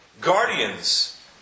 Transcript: guardians